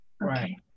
Right